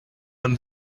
than